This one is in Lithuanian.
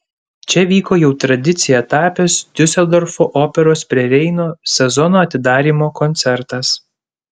čia vyko jau tradicija tapęs diuseldorfo operos prie reino sezono atidarymo koncertas